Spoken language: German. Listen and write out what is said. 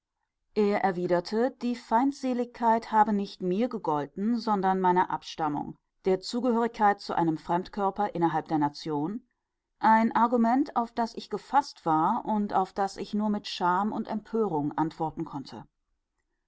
er erwiderte die feindseligkeit habe nicht mir gegolten sondern meiner abstammung der zugehörigkeit zu einem fremdkörper innerhalb der nation ein argument auf das ich gefaßt war und auf das ich nur mit scham und empörung antworten konnte